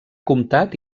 comptat